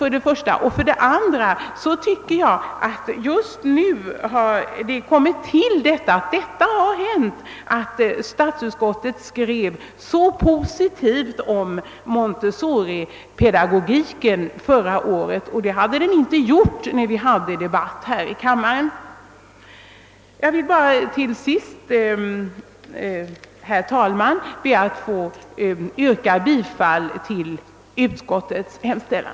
Men därefter har tillkommit det nya, att statsutskottet förra året — efter det att vi hållit debatten här i kammaren — uttalat sig mycket positivt om montessoripedagogiken. Jag vill bara till sist, herr talman, yrka bifall till utskottets hemställan.